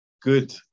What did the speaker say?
good